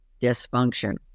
dysfunction